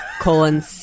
colon